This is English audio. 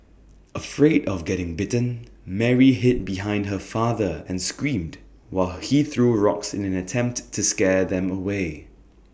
afraid of getting bitten Mary hid behind her father and screamed while he threw rocks in an attempt to scare them away